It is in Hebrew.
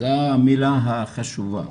זו המילה החשובה,